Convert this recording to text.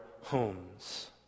homes